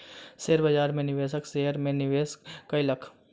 share बाजार में निवेशक शेयर में निवेश कयलक